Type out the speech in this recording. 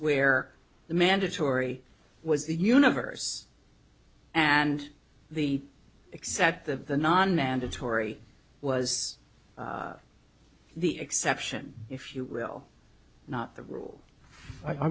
where the mandatory was the universe and the except the non mandatory was the exception if you will not the rule